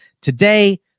today